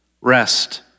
rest